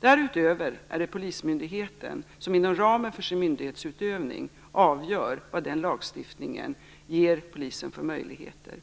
Därutöver är det polismyndigheten som inom ramen för sin myndighetsutövning avgör vad den lagstiftningen ger polisen för möjligheter.